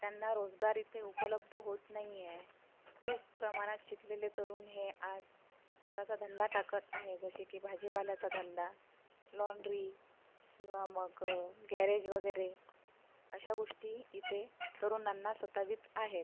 त्यांना रोजगार इथे उपलब्ध होत नाही आहे खूप प्रमाणात शिकलेले तरुण हे आज स्वतःचा धंदा टाकत आहे जसे की भाजीपाल्याचा धंदा लॉन्ड्री किंवा मग गॅरेज वगैरे अशा गोष्टी इथे तरुणांना सतावित आहेत